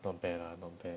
not bad lah not bad